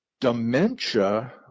dementia